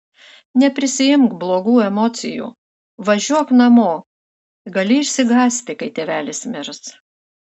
neprisiimk blogų emocijų važiuok namo gali išsigąsti kai tėvelis mirs